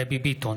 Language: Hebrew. דבי ביטון,